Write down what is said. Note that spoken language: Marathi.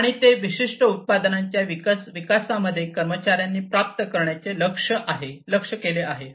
आणि ते विशिष्ट उत्पादनाच्या विकासा मध्ये कर्मचार्यांनी प्राप्त करण्यासाठी लक्ष केले आहे